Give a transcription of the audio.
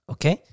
Okay